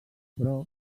però